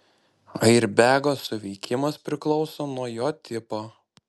airbego suveikimas priklauso nuo jo tipo